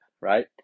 right